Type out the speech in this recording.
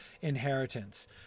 inheritance